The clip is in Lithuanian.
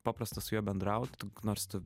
paprasta su juo bendraut nors tu